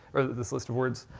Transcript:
this list of words.